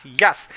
yes